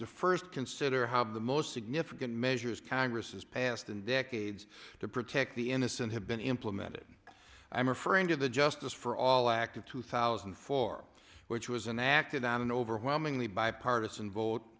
to first consider how the most significant measures congress has passed and decades to protect the innocent have been implemented i am referring to the justice for all act of two thousand and four which was and acted on an overwhelmingly bipartisan vote